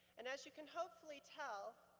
and as you can hopefully tell,